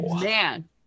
Man